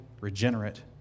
regenerate